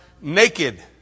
naked